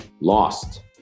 lost